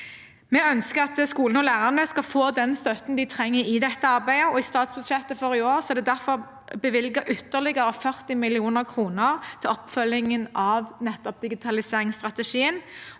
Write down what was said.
Vi ønsker at skolen og lærerne skal få den støtten de trenger i dette arbeidet, og i statsbudsjettet for i år er det derfor bevilget ytterligere 40 mill. kr til oppfølgingen av nettopp digitaliseringsstrategien.